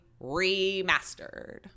Remastered